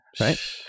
right